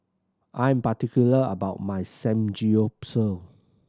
I'm particular about my Samgeyopsal